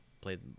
played